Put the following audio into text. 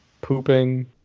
pooping